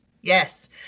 Yes